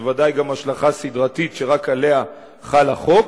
בוודאי גם השלכה סדרתית שרק עליה חל החוק,